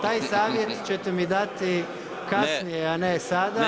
Taj savjet ćete mi dati kasnije a ne sada.